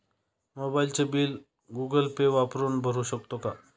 मोबाइलचे bill Google Pay वापरून भरू शकतो का?